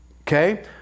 Okay